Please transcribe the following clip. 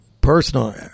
personal